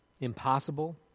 impossible